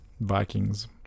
Vikings